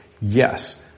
Yes